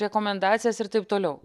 rekomendacijas ir taip toliau